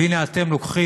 והנה, אתם לוקחים